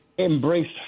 Embrace